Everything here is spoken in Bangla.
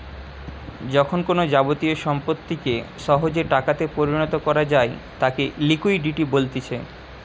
যখন কোনো যাবতীয় সম্পত্তিকে সহজে টাকাতে পরিণত করা যায় তাকে লিকুইডিটি বলতিছে